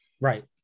Right